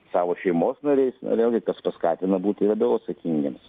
savo šeimos nariais vėlgi kas paskatina būti labiau atsakingiems